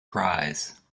prize